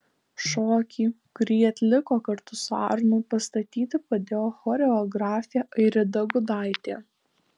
šokį kurį jį atliko kartu su arnu pastatyti padėjo choreografė airida gudaitė